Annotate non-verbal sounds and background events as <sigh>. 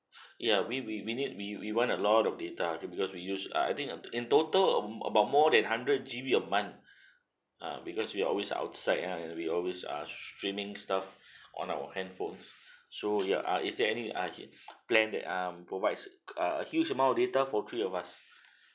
ya we we we need we we want a lot of data okay because we use uh I think uh in total um about more than hundred G_B a month <breath> uh because we are always outside ah we always ah streaming stuff on our handphones so ya ah is there ah <noise> plan that um provide s~ uh huge amount of data for three of us